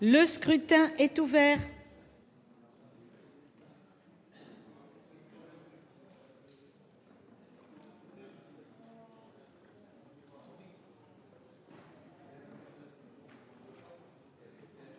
Le scrutin est ouvert.